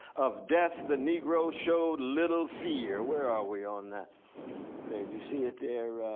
of death the negro showed little fear. where are we on that page? you see it there?